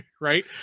Right